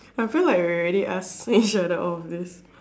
I feel like we already asked each other all of this